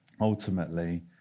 ultimately